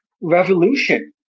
revolution